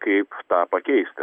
kaip tą pakeisti